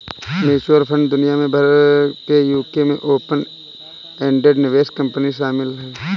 mutual fund दुनिया भर में यूके में ओपन एंडेड निवेश कंपनी शामिल हैं